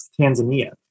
Tanzania